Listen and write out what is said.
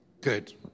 good